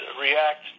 react